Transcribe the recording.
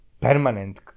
permanent